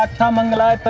ah come on,